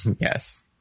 Yes